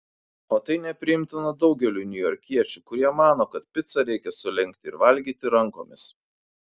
o tai nepriimtina daugeliui niujorkiečių kurie mano kad picą reikia sulenkti ir valgyti rankomis